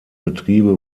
betriebe